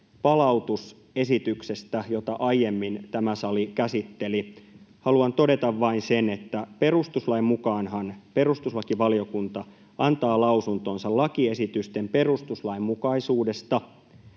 palautusesityksestä, jota tämä sali aiemmin käsitteli: Haluan todeta vain sen, että perustuslain mukaanhan perustuslakivaliokunta antaa lausuntonsa lakiesitysten perustuslainmukaisuudesta